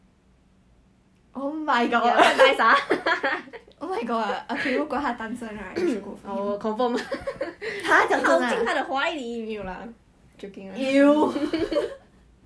like 不是神经病的 colour like 那种很不是 natural 的 colour like 你 just 跟他讲你要染 brown colour then